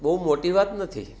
બહુ મોટી વાત નથી